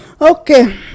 Okay